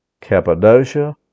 Cappadocia